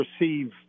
receive